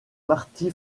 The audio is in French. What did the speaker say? marty